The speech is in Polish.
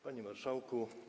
Panie Marszałku!